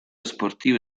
sportivo